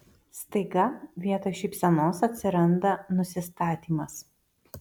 staiga vietoj šypsenos atsiranda nusistatymas